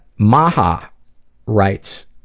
maha writes